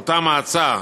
באותה מועצה,